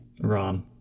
Ron